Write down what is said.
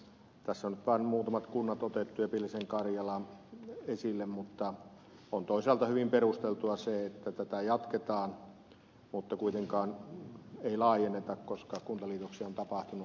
tässä on vain muutamat kunnat ja pielisen karjala otettu esille mutta on toisaalta hyvin perusteltua se että tätä jatketaan mutta kuitenkaan ei laajenneta koska kuntaliitoksia on tapahtunut